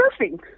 surfing